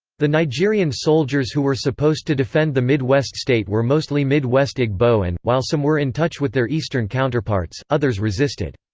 the nigerian soldiers who were supposed to defend the mid-west state were mostly mid-west igbo and, while some were in touch with their eastern counterparts, others resisted.